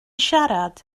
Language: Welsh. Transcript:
siarad